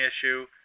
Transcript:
issue